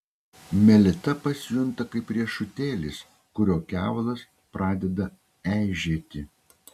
melita pasijunta kaip riešutėlis kurio kevalas pradeda eižėti